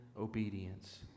obedience